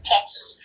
Texas